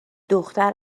دختر